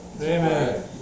Amen